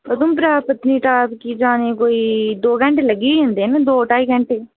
उधमपूरा दा पत्तनीटाप जाने गी कोई दौ घैण्टें लग्गी जंदे न दौ ढ़ाई घैण्टें पत्तनीटा